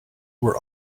were